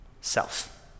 self